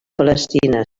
palestina